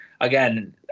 again